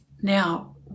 Now